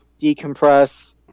decompress